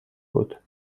بود